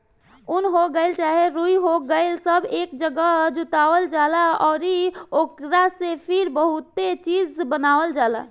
उन हो गइल चाहे रुई हो गइल सब एक जागह जुटावल जाला अउरी ओकरा से फिर बहुते चीज़ बनावल जाला